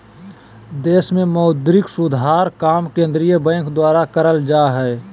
देश मे मौद्रिक सुधार काम केंद्रीय बैंक द्वारा करल जा हय